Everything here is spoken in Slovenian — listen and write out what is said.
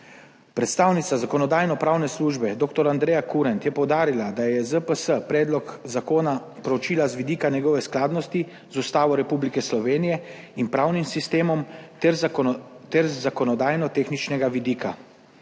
Predstavnica Zakonodajno-pravne službe dr. Andreja Kurent je poudarila, da je ZPS predlog zakona proučila z vidika njegove skladnosti z Ustavo Republike Slovenije in pravnim sistemom ter z zakonodajno tehničnega vidika.